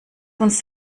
uns